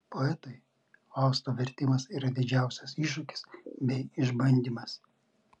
poetui fausto vertimas yra didžiausias iššūkis bei išbandymas